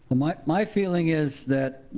ah my my feeling is that,